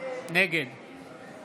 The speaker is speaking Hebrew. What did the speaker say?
נגד